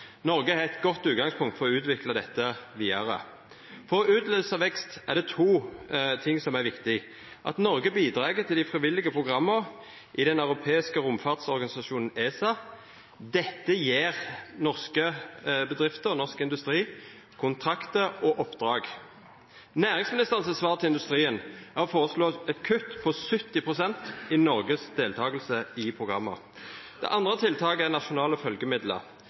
Noreg har eit godt utgangspunkt for å utvikla dette vidare. For å utløysa vekst er det to ting som er viktig: Noreg bidreg til dei frivillige programma i den europeiske romfartsorganisasjonen ESA. Dette gjev norske bedrifter, norsk industri, kontraktar og oppdrag. Næringsministeren sitt svar til industrien er å føreslå eit kutt på 70 pst. i Noregs deltaking i programma. Det andre tiltaket er nasjonale